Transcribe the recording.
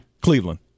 Cleveland